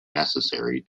necessary